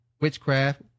witchcraft